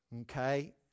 Okay